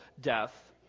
death